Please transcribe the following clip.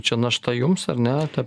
čia našta jums ar ne ta